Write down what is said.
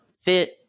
fit